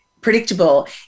predictable